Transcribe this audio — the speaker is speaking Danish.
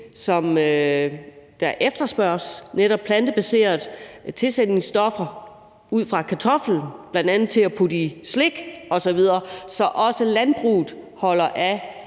som efterspørges, altså plantebaserede tilsætningsstoffer ud fra kartoflen, og det er bl.a. til at putte i slik osv., så også landbruget holder af